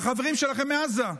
החברים שלכם מעזה.